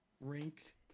rink